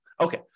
Okay